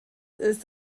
ist